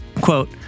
Quote